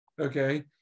okay